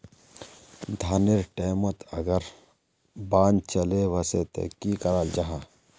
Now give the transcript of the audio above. धानेर टैमोत अगर बान चले वसे ते की कराल जहा?